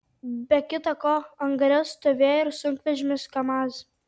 be kita ko angare stovėjo ir sunkvežimis kamaz